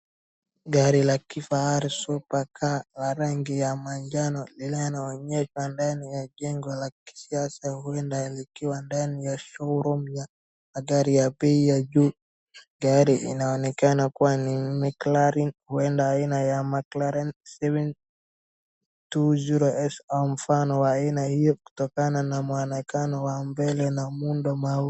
Gari la kifahari super car la rangi ya manjano linalonyesha ndani ya jengo la kisiasa huenda likiwa ndani ya showroom ya gari ya bei ya juu . Gari inaonekana kuwa ni McLaren huenda aina ya McLaren seven two zero S au mfano wa aina hiyo kutokana na mwonekano wa mbele na muundo maalum.